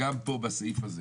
גם פה בסעיף הזה,